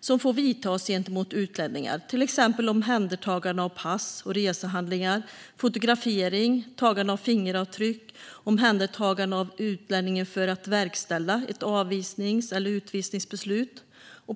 som får vidtas gentemot utlänningar, till exempel omhändertagande av pass och resehandlingar, fotografering, tagande av fingeravtryck och omhändertagande av utlänningen för att verkställa ett avvisnings eller utvisningsbeslut.